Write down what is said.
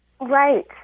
Right